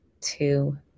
two